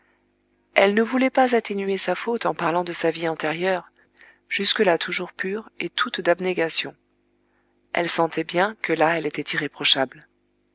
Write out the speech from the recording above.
elle ne voulait pas atténuer sa faute en parlant de sa vie antérieure jusque-là toujours pure et toute d'abnégation elle sentait bien que là elle était irréprochable